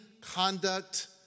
conduct